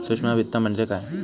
सूक्ष्म वित्त म्हणजे काय?